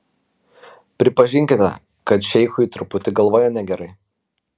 pripažinkite kad šeichui truputį galvoje negerai